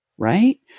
Right